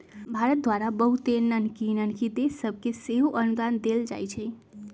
भारत द्वारा बहुते नन्हकि नन्हकि देश सभके सेहो अनुदान देल जाइ छइ